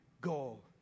goal